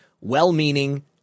well-meaning